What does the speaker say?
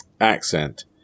accent